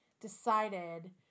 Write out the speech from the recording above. decided